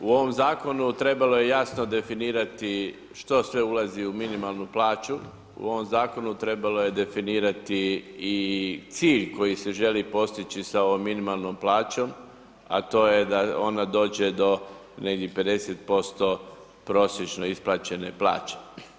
U ovom Zakonu trebalo je jasno definirati što sve ulazi u minimalnu plaću, u ovom Zakonu trebalo je definirati i cilj koji se želi postići sa ovom minimalnom plaćom, a to je da ona dođe do negdje 50% prosječno isplaćene plaće.